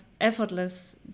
effortless